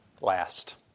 Last